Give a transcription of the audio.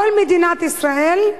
כל מדינת ישראל,